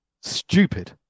stupid